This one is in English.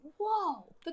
whoa